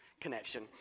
connection